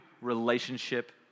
relationship